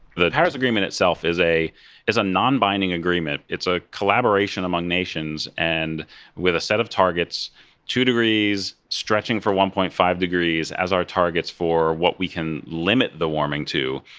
the paris agreement itself is a is a non-binding agreement. it's a collaboration among nations and with a set of targets two degrees, stretching for one. five degrees as our targets for what we can limit the warming to,